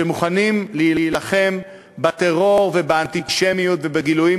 שמוכנים להילחם בטרור ובאנטישמיות ובגילויים